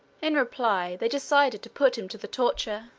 in reply, they decided to put him to the torture.